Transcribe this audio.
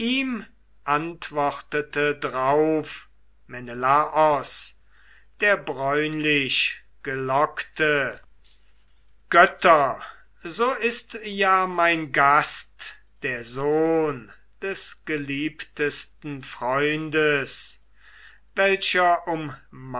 antwortete drauf menelaos der bräunlichgelockte götter so ist ja mein gast der sohn des geliebtesten freundes welcher